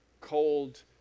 cold